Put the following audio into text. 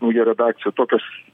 nauja redakcija tokios